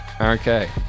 Okay